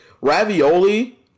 ravioli